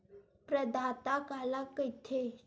प्रदाता काला कइथे?